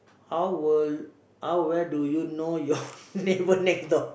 how will how well do you know your neighbour next door